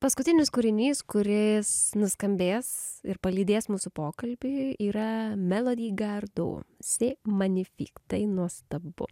paskutinis kūrinys kuris nuskambės ir palydės mūsų pokalbį yra melodi gardou se manifik tai nuostabu